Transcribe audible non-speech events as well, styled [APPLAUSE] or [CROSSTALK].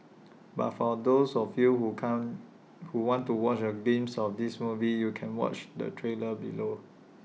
[NOISE] but for those of you who can't who want to watch A glimpse of this movie you can watch the trailer below